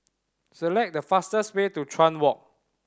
select the fastest way to Chuan Walk